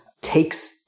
takes